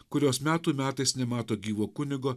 kurios metų metais nemato gyvo kunigo